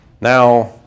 Now